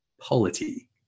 polity